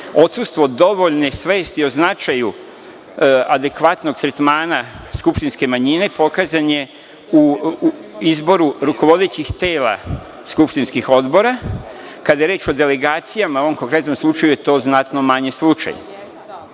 odsustvo dovoljne svesti o značaju adekvatnog tretmana skupštinske manjine pokazan je u izboru rukovodećih tela skupštinskih odbora kada je reč o delegacijama, u ovom konkretnom slučaju je to znatno manji slučaj. Ja